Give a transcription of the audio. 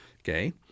okay